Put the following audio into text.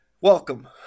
welcome